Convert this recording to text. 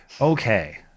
Okay